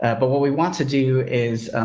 ah but what we want to do is, um,